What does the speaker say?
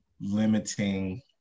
limiting